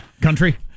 country